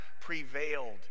prevailed